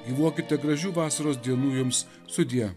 gyvuokite gražių vasaros dienų jums sudie